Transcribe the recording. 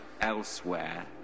elsewhere